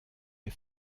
les